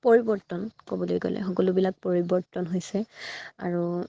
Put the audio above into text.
পৰিৱৰ্তন ক'বলৈ গ'লে সকলোবিলাক পৰিৱৰ্তন হৈছে আৰু